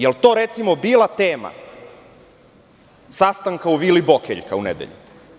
Da li je to bila tema sastanka u Vili "Bokeljka" u nedelju?